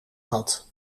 had